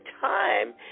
time